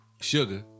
sugar